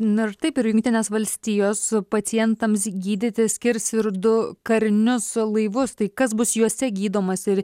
na ir taip ir jungtinės valstijos pacientams gydyti skirs ir du karinius laivus tai kas bus juose gydomas ir